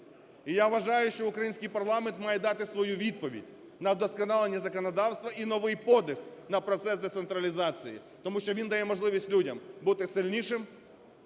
І я вважаю, що український парламент має дати свою відповідь на вдосконалення законодавства і новий подих на процес децентралізації, тому що він дає можливість людям бути сильнішим,